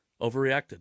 overreacted